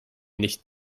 nicht